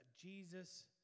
Jesus